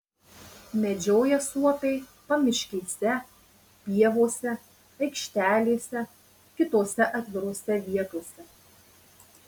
medžioja suopiai pamiškėse pievose aikštelėse kitose atvirose vietose